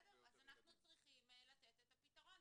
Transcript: בסדר, אז אנחנו צריכים לתת את הפתרון.